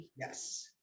Yes